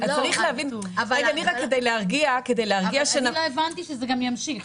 אבל אני לא הבנתי שזה גם ימשיך.